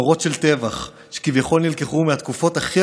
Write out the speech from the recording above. מראות של טבח שכביכול נלקחו מהתקופות הכי